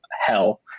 hell